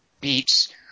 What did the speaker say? beats –